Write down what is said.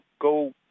go